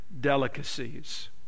delicacies